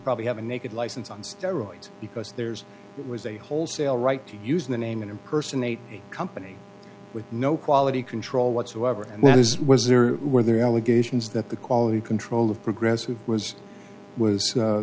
probably have a naked license on steroids because there's was a wholesale right to use the name and impersonate a company with no quality control whatsoever and that is was there were there allegations that the quality control of progress who was was